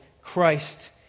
Christ